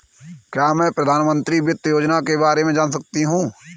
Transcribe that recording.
क्या मैं प्रधानमंत्री वित्त योजना के बारे में जान सकती हूँ?